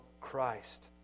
Christ